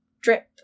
drip